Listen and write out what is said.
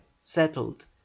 settled